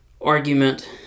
argument